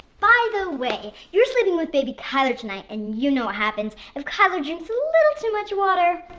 by the way your sleeping with baby kyler tonight. and you know what happens if kyler drinks a little too much water